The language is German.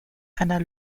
einer